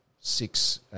six